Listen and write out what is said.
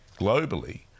globally